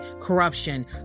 corruption